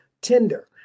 Tinder